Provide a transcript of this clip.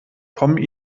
kommen